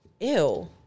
Ew